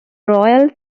royal